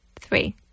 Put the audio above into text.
three